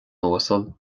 uasal